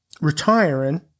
retiring